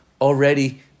already